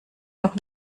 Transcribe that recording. noch